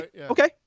okay